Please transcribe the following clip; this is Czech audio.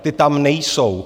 Ty tam nejsou.